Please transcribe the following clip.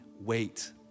wait